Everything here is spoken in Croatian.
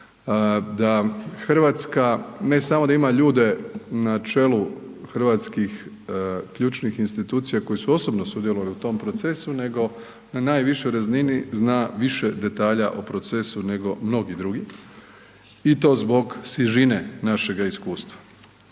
da Hrvatska ne samo da ima ljude načelu hrvatskih ključnih institucija koje su osobno sudjelovale u tom procesu nego na najvišoj razini zna više detalja o procesu nego mnogi drugi i to zbog svježine našega iskustva.